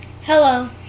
Hello